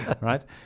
right